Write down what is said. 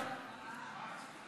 חלילה,